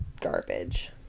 garbage